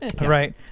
Right